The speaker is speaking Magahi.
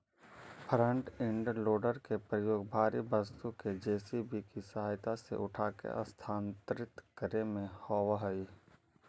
फ्रन्ट इंड लोडर के प्रयोग भारी वस्तु के जे.सी.बी के सहायता से उठाके स्थानांतरित करे में होवऽ हई